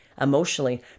emotionally